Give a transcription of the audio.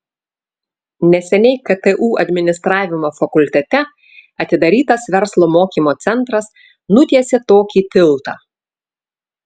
neseniai ktu administravimo fakultete atidarytas verslo mokymo centras nutiesė tokį tiltą